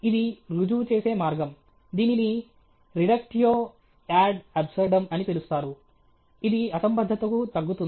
ఇది రుజువు చేసే మార్గం దీనిని రిడక్టియో యాడ్ అబ్సర్డమ్ అని పిలుస్తారు ఇది అసంబద్ధతకు తగ్గుతుంది